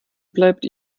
bleibt